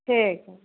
ठीक